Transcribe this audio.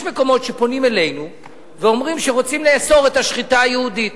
יש מקומות שפונים אלינו ואומרים שרוצים לאסור את השחיטה היהודית.